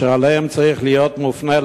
ואשר אליהם צריכה להיות מופנית,